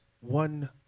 one